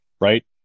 Right